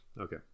okay